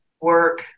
work